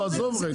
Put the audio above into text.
עזוב רגע.